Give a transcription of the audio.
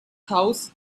house